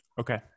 Okay